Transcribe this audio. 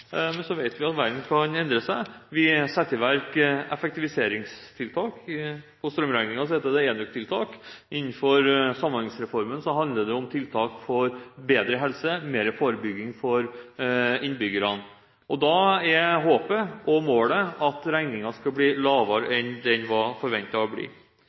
Så vet vi at verden kan endre seg. Vi setter i verk effektiviseringstiltak – på strømregningen heter det enøktiltak. Innenfor Samhandlingsreformen handler det om tiltak for bedre helse, mer forebygging for innbyggerne. Da er håpet, og målet, at regningen skal bli lavere enn den var forventet å bli.